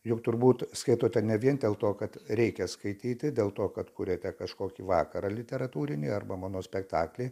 juk turbūt skaitote ne vien dėl to kad reikia skaityti dėl to kad kuriate kažkokį vakarą literatūrinį arba monospektaklį